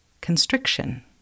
constriction